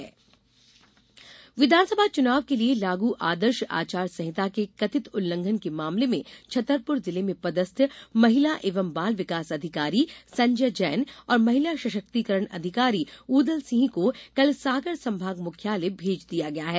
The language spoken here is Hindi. आचार संहिता विधानसभा चुनाव के लिए लागू आदर्श आचार संहिता के कथित उल्लंघन के मामले में छतरपुर जिले में पदस्थ महिला एवं बाल विकास अधिकारी संजय जैन और महिला सशक्तिकरण अधिकारी ऊदल सिंह को कल सागर संभाग मुख्यालय भेज दिया गया है